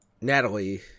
natalie